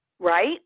right